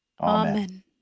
Amen